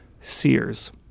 Sears